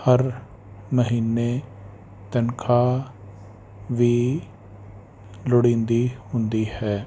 ਹਰ ਮਹੀਨੇ ਤਨਖਾਹ ਵੀ ਲੋੜੀਂਦੀ ਹੁੰਦੀ ਹੈ